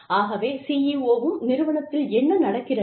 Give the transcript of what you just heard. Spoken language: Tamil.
ஆகவே CEOவும் நிறுவனத்தில் என்ன நடக்கிறது